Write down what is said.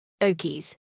Okies